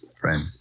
Friend